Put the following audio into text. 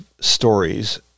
stories